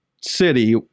city